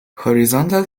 horizontal